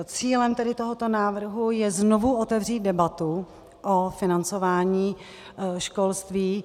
Cílem tedy tohoto návrhu je znovu otevřít debatu o financování školství.